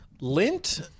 Lint